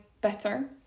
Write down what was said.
better